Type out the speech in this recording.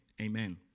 Amen